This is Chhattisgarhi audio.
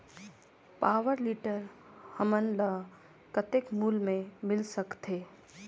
पावरटीलर हमन ल कतेक मूल्य मे मिल सकथे?